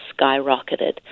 skyrocketed